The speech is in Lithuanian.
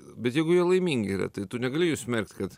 bet jeigu jie laimingi yra tai tu negali jų smerkt kad